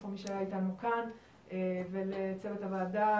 לכל מי שהיה אתנו כאן ולצוות הוועדה,